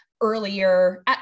earlier